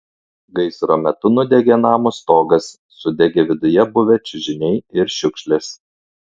gaisro metu nudegė namo stogas sudegė viduje buvę čiužiniai ir šiukšlės